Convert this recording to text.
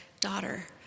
Daughter